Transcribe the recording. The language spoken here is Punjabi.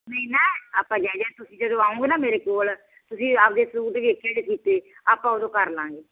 ਨਹੀਂ ਨਾ ਆਪਾਂ ਜਾ ਤੁਸੀਂ ਜਦੋਂ ਆਓਗੇ ਨਾ ਮੇਰੇ ਕੋਲ ਤੁਸੀਂ ਆਪਦੇ ਸੂਟ ਵੇਖਿਆ ਜੀ ਸੀਤੇ ਆਪਾਂ ਉਦੋਂ ਕਰ ਲਵਾਂਗੇ